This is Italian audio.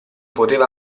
poteva